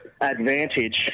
advantage